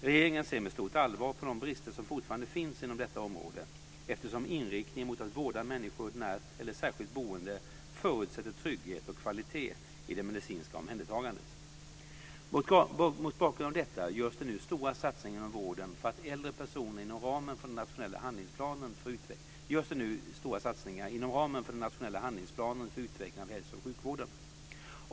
Regeringen ser med stort allvar på de brister som fortfarande finns inom detta område, eftersom inriktningen mot att vårda människor i ordinärt eller särskilt boende förutsätter trygghet och kvalitet i det medicinska omhändertagandet. Mot bakgrund av detta görs det nu stora satsningar inom vården för äldre personer inom ramen för den nationella handlingsplanen för utveckling av hälsooch sjukvården.